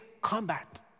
combat